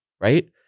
right